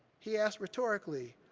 he asks rhetorically,